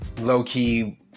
low-key